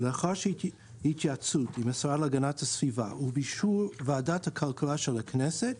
לאחר התייעצות עם השרה להגנת הסביבה ובאישור ועדת הכלכלה של הכנסת,